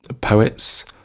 poets